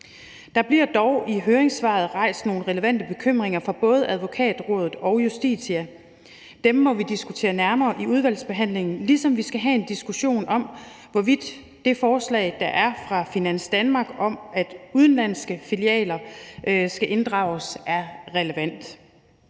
der bliver dog i høringssvaret rejst nogle relevante bekymringer af både Advokatrådet og Justitia. Det må vi diskutere nærmere i udvalgsbehandlingen, ligesom vi skal have en diskussion om, hvorvidt det forslag, der er fra Finans Danmark, om, at udenlandske filialer skal inddrages, er relevant.